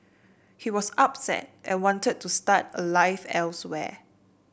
he was upset and wanted to start a life elsewhere